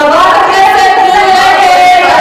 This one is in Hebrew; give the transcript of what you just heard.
חברת הכנסת מירי רגב, אני